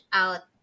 out